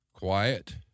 Quiet